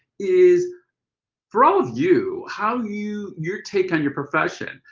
is for all of you, how you your take on your profession,